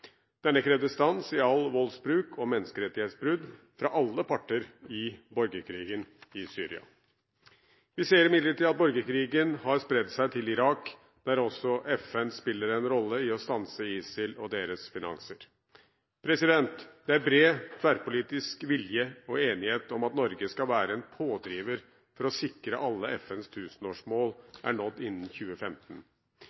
krevde stans i all voldsbruk og menneskerettighetsbrudd fra alle parter i borgerkrigen i Syria. Vi ser imidlertid at borgerkrigen har spredt seg til Irak, der også FN spiller en rolle i å stanse ISIL og deres finanser. Det er bred tverrpolitisk vilje til og enighet om at Norge skal være en pådriver for å sikre at alle FNs tusenårsmål